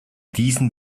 diesen